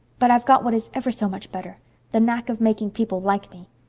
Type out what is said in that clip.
but i've got what is ever so much better the knack of making people like me.